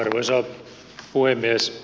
arvoisa puhemies